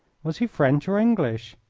was he french or english?